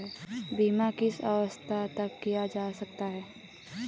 बीमा किस अवस्था तक किया जा सकता है?